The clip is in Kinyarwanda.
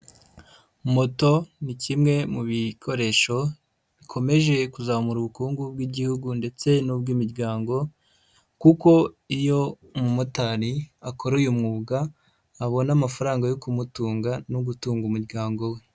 Moto ni kimwe mu bikoresho bikomeje kuzamura ubukungu bw'Igihugu ndetse n'ubw'imiryango kuko iyo umumotari akora uyu mwuga abona amafaranga yo kumutunga no gutunga umuryango we.